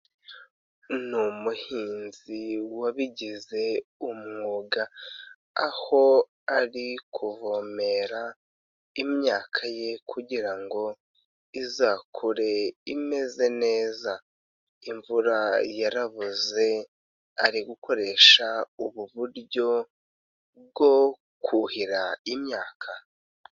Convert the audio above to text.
Ni umuhinzi wabigize umwuga, aho ari kuvomera imyaka ye kugira ngo izakure imeze neza, imvura yaravuze ari gukoresha ubu buryo bwo kuhira imyaka.